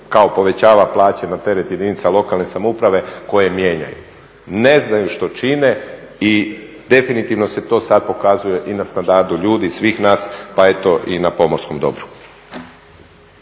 kao povećava plaće na teret jedinica lokalne samouprave koje mijenjaju. Ne znaju što čine i definitivno se to sad pokazuje i na standardu ljudi, svih nas pa eto i na pomorskom dobru.